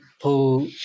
pull